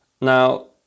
Now